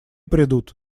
придут